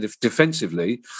defensively